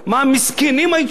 מסכנים היצואנים.